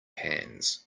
hands